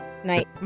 tonight